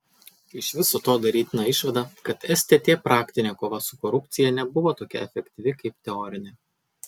iš viso to darytina išvada kad stt praktinė kova su korupcija nebuvo tokia efektyvi kaip teorinė